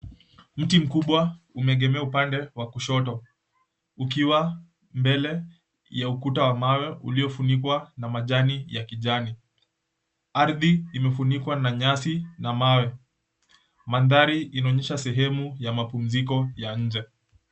Mti mkubwa umeegemea upande wa kushoto ukiwa mbele ya ukuta wa mawe uliofunikwa na majani ya kijani. Ardhi imefunikwa na nyasi na mawe. Mandhari inaonyesha sehemu ya mapumziko ya nje.